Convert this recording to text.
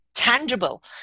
tangible